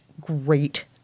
great